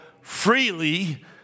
freely